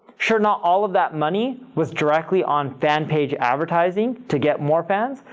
sure, not all of that money was directly on fan page advertising to get more fans.